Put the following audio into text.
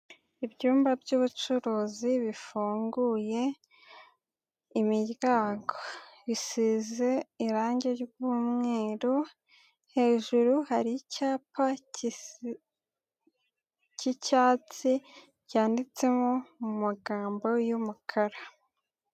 Ibyumba by'ubucuruzi bifunguye, imiryango. Bisize irangi ry'umweru, hejuru hari icyapa kisi, k'icyatsi cyanditseho mu magambo y'umukara.